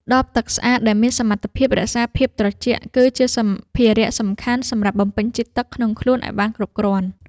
ដបទឹកស្អាតដែលមានសមត្ថភាពរក្សាភាពត្រជាក់ គឺជាសម្ភារៈសំខាន់សម្រាប់បំពេញជាតិទឹកក្នុងខ្លួនឱ្យបានគ្រប់គ្រាន់។